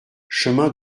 chemin